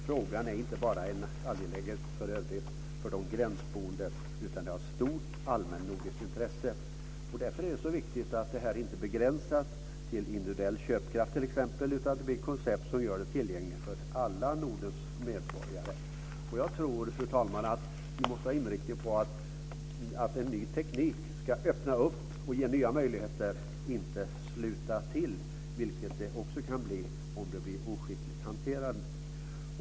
Frågan är inte bara en angelägenhet för de gränsboende utan har stort allmännordiskt intresse. Därför är det så viktigt att det här inte begränsas till individuell köpkraft utan att det blir ett koncept som är tillgängligt för alla Nordens medborgare. Jag tror, fru talman, att inriktningen måste vara att en ny teknik ska öppna upp och ge nya möjligheter, inte sluta till - vilket också kan bli fallet om det blir oskickligt hanterat.